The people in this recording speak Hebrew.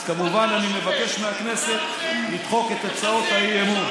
אז כמובן אני מבקש מהכנסת לדחות את הצעות האי-אמון.